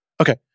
Okay